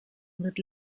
wird